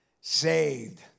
saved